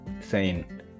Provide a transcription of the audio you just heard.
sane